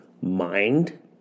mind